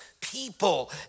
people